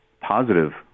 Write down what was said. positive